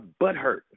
butthurt